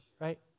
right